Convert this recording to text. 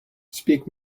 speak